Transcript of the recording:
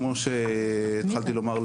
כמו שהתחלתי לומר,